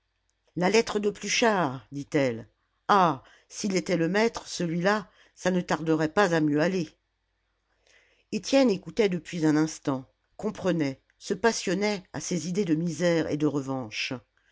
la lettre de pluchart dit-elle ah s'il était le maître celui-là ça ne tarderait pas à mieux aller étienne écoutait depuis un instant comprenait se passionnait à ces idées de misère et de revanche